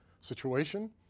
situation